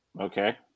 Okay